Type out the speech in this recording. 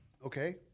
okay